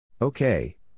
Okay